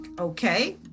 okay